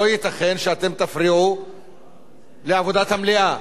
לא ייתכן שאתם תפריעו לעבודת המליאה.